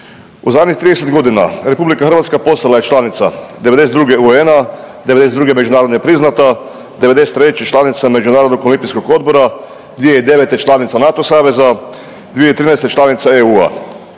U zadnjih 30.g. RH postala je članica '92. UN, '92. međunarodno je priznata, '99. članica Međunarodnog olimpijskog odbora, 2009. članica NATO saveza, 2013. članica EU.